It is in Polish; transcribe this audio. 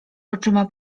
oczyma